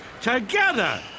together